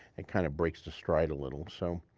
and kind of breaks the stride a little, so,